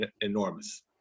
enormous